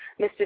Mr